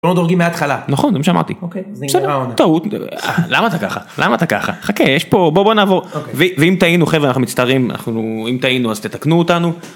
דורגים מההתחלה נכון זה מה שאמרתי למה אתה ככה למה אתה ככה חכה יש פה בוא בוא נעבור ואם טעינו חבר'ה מצטערים אנחנו אם טעינו אז תתקנו אותנו.